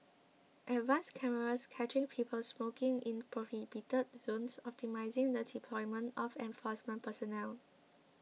advanced cameras catching people smoking in prohibited zones optimising the deployment of enforcement personnel